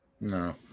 No